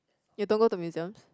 you don't go to museums